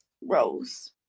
Rose